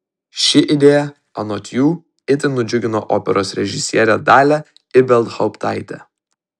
ši idėja anot jų itin nudžiugino operos režisierę dalią ibelhauptaitę